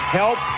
help